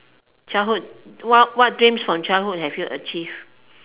childhood what what dreams from childhood have you achieved